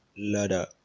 ladder